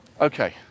Okay